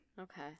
Okay